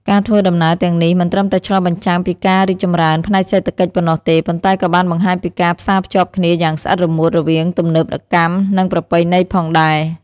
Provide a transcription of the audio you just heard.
ការធ្វើដំណើរទាំងនេះមិនត្រឹមតែឆ្លុះបញ្ចាំងពីការរីកចម្រើនផ្នែកសេដ្ឋកិច្ចប៉ុណ្ណោះទេ ប៉ុន្តែក៏បានបង្ហាញពីការផ្សារភ្ជាប់គ្នាយ៉ាងស្អិតរមួតរវាងទំនើបកម្ម និងប្រពៃណីផងដែរ។